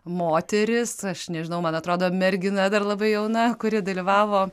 moteris aš nežinau man atrodo mergina dar labai jauna kuri dalyvavo